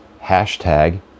hashtag